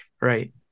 Right